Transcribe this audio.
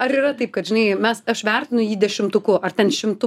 ar yra taip kad žinai mes aš vertinu jį dešimtuku ar ten šimtu